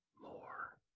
more